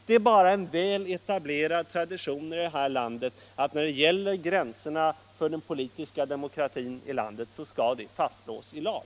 Det är bara en väl etablerad tradition här i landet all gränserna för den politiska demokratin skall fastslås i lag.